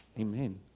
Amen